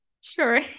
Sure